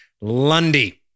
Lundy